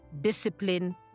discipline